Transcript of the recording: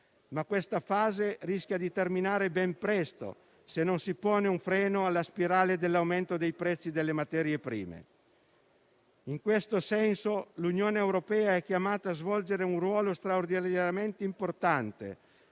Questa fase, però, rischia di terminare ben presto se non si pone un freno alla spirale dell'aumento dei prezzi delle materie prime. In questo senso, l'Unione europea è chiamata a svolgere un ruolo straordinariamente importante